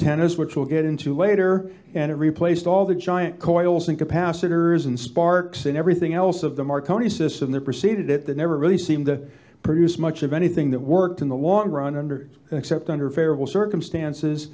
tennis which will get into later and it replaced all the giant coils and capacitors and sparks and everything else of the marconi system that preceded it that never really seemed to produce much of anything that worked in the long run under except under feral circumstances